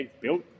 built